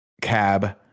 cab